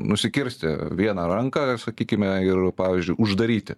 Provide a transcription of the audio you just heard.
nusikirsti vieną ranką sakykime ir pavyzdžiui uždaryti